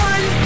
One